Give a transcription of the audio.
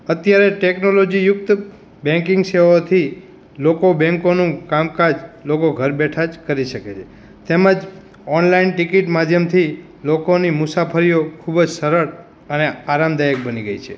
અત્યારે ટૅકનોલોજીયુક્ત બૅંકિંગ સેવાઓથી લોકો બૅંકનું કામકાજ લોકો ઘર બેઠાં જ કરી શકે છે તેમજ ઑનલાઈન ટિકીટ માધ્યમથી લોકોની મુસાફરીઓ ખૂબ જ સરળ અને આરામદાયક બની ગઈ છે